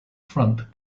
front